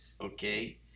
Okay